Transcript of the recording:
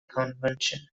convention